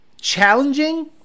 challenging